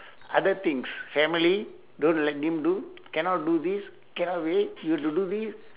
other things family don't let them do cannot do this cannot wait you have to do this